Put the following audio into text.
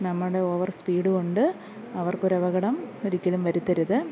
നമ്മുടെ ഓവർസ്പീഡ് കൊണ്ട് അവർക്ക് ഒരു അപകടം ഒരിക്കലും വരുത്തരുത്